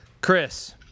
Chris